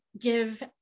give